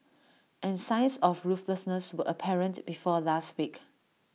and signs of ruthlessness were apparent before last week